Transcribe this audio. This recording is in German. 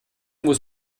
muss